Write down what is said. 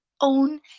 own